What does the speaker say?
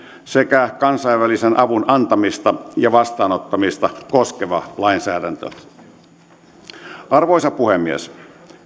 sekä kansainvälisen avun antamista ja vastaanottamista koskeva lainsäädäntö arvoisa puhemies